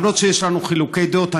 למרות שיש לנו חילוקי דעות.